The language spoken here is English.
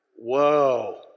Whoa